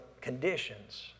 conditions